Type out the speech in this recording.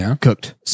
cooked